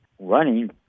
running